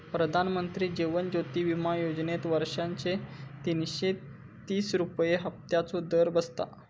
प्रधानमंत्री जीवन ज्योति विमा योजनेत वर्षाचे तीनशे तीस रुपये हफ्त्याचो दर बसता